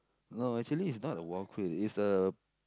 no actually it's not a wall quit it's a